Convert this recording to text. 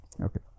Okay